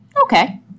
Okay